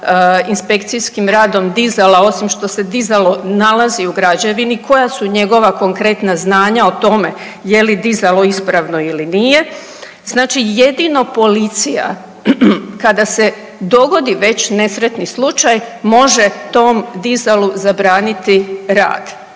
inspekcijskim radom dizala osima što se dizalo nalazi u građevini, koja su njegova konkretna znanja o tome, je li dizalo ispravno ili nije, znači jedino policija kada se dogodi već nesretni slučaj može tom dizalu zabraniti rad.